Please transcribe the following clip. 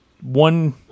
one